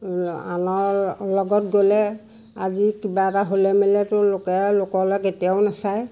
আনৰ লগত গ'লে আজি কিবা এটা হ'লে মেলিলেতো লোকে লোকলৈ কেতিয়াও নাচায়